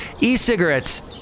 E-cigarettes